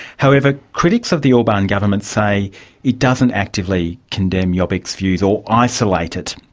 however, critics of the orban government say it doesn't actively condemn jobbik's views or isolate it.